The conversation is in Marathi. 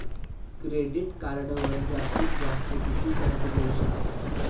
क्रेडिट कार्डवर जास्तीत जास्त किती कर्ज घेऊ शकतो?